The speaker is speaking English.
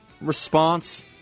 response